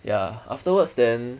ya afterwards then